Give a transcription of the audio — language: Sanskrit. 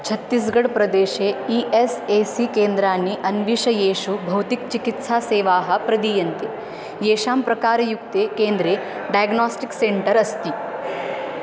छत्तीस्गड् प्रदेशे ई एस् ए सी केन्द्रानि अन्विष येषु भौतिकचिकित्सासेवाः प्रदीयन्ते येषां प्रकारयुक्ते केन्द्रे डायग्नास्टिक्स् सेण्टर् अस्ति